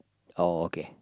oh okay